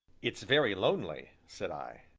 it's very lonely! said i.